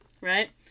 right